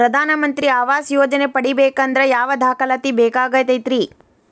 ಪ್ರಧಾನ ಮಂತ್ರಿ ಆವಾಸ್ ಯೋಜನೆ ಪಡಿಬೇಕಂದ್ರ ಯಾವ ದಾಖಲಾತಿ ಬೇಕಾಗತೈತ್ರಿ?